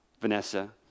Vanessa